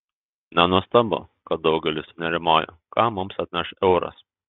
nenuostabu kad daugelis nerimauja ką mums atneš euras